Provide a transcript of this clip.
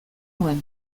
nuen